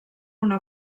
una